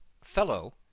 fellow